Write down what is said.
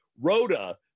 Rhoda